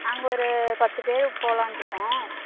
நாங்கள் ஒரு பத்து பேர் போலான்டிருக்கோம்